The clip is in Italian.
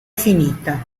finita